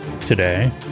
today